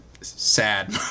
sad